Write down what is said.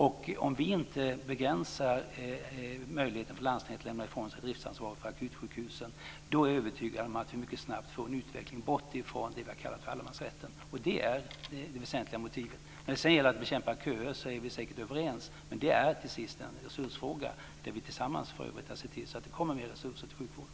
Om vi inte begränsar möjligheten för landstingen att lämna ifrån sig driftsansvaret för akutsjukhusen är jag övertygad om att vi mycket snabbt får en utveckling bort ifrån det som vi har kallat för allemansrätten. Det är det väsentliga motivet. När det sedan gäller att bekämpa köer är vi säkert överens. Men det är till sist en resursfråga, där vi tillsammans får se till att det kommer mer resurser till sjukvården.